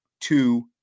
two